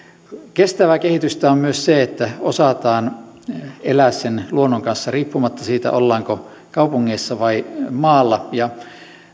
kestävää kehitystä on myös se että osataan elää luonnon kanssa riippumatta siitä ollaanko kaupungeissa vai maalla ja